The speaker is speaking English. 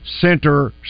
center